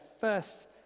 first